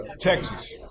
Texas